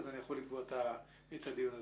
אז אני יכול לקבוע את הדיון הזה.